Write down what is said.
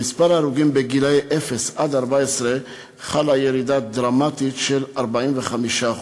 במספר ההרוגים עד גיל 14 חלה ירידה דרמטית של 45%,